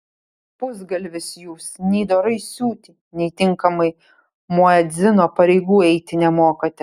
pusgalvis jūs nei dorai siūti nei tinkamai muedzino pareigų eiti nemokate